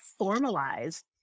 formalize